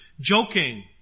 joking